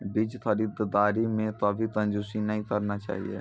बीज खरीददारी मॅ कभी कंजूसी नाय करना चाहियो